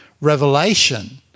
revelation